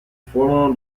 formano